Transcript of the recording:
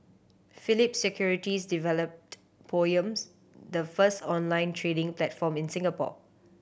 Phillip Securities developed Poems the first online trading platform in Singapore